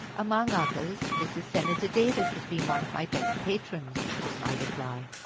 among others, mrs. senator davis has been one of my best patrons, was my reply.